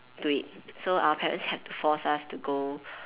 to it so our parents have to force us to go